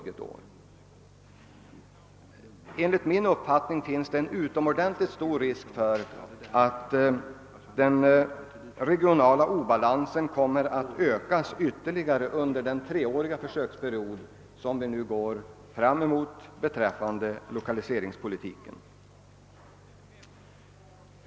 Enligt min uppfattning föreligger det utomordentligt stor risk för att den regionala obalansen kommer att öka ytterligare under den treåriga försöksperiod som vi nu går fram emot i lokaliseringspolitiken.